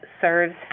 serves